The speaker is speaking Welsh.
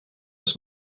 oes